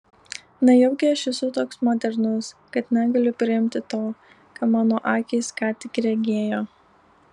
nejaugi aš esu toks modernus kad negaliu priimti to ką mano akys ką tik regėjo